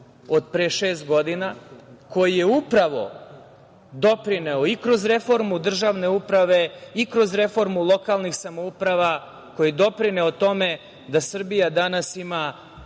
od pre šest godina, koji je upravo doprineo i kroz reformu državne uprave i kroz reformu lokalnih samouprava, koji je doprineo tome da Srbija danas ima